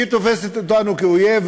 היא תופסת אותנו כאויב,